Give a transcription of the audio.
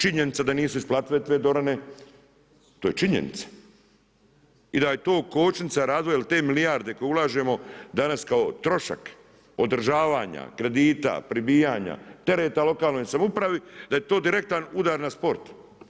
Činjenica da nisu isplative te dvorane to je činjenica i da je to kočnica razvoja jer te milijarde koje ulažemo danas kao trošak održavanja, kredita, prebijanja, tereta lokalnoj samoupravi da je to direktan udar na sport.